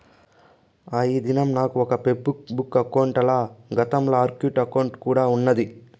ఆ, ఈ దినం నాకు ఒక ఫేస్బుక్ బుక్ అకౌంటల, గతంల ఆర్కుట్ అకౌంటు కూడా ఉన్నాది